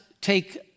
take